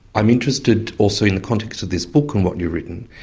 i'm interested also, in the context of this book and what you've written,